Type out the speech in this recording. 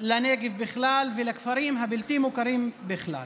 לנגב בכלל ולכפרים הבלתי-מוכרים בכלל.